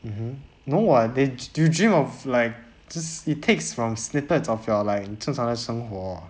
mmhmm no [what] they you dream of like just it takes from snippets of your like 你正常的生活